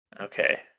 Okay